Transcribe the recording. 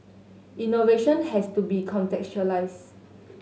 innovation has to be contextualised